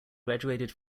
graduated